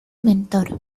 mentor